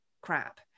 crap